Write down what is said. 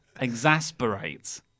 Exasperate